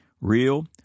Real